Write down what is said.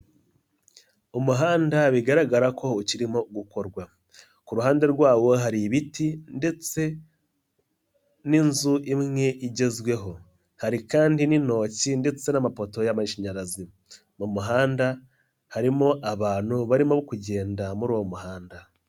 Umuhanda bigaragara ko ukirimo gukorwa, ku ruhande rwawo hari ibiti ndetse n'inzu imwe igezweho, hari kandi n'intoki ndetse n'amapoto y'amashanyarazi. Mu muhanda harimo abantu barimo kugenda muri uwo muhanda.